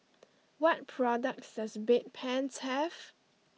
what products does Bedpans have